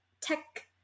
tech